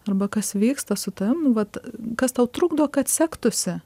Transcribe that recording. arba kas vyksta su tavim nu vat kas tau trukdo kad sektųsi